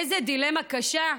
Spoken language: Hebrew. איזו דילמה קשה.